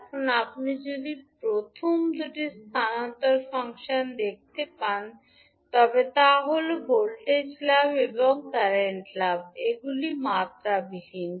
এখন আপনি যদি প্রথম দুটি স্থানান্তর ফাংশন দেখতে পান তবে তা হল ভোল্টেজ লাভ এবং বর্তমান লাভ এগুলি মাত্রাবিহীন